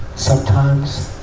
sometimes.